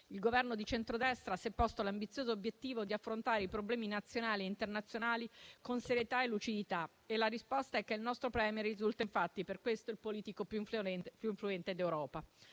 il Governo di centrodestra si è posto l'ambizioso obiettivo di affrontare i problemi nazionali e internazionali con serietà e lucidità e la conseguenza è che il nostro *Premier* risulta, per questo, il politico più influente d'Europa,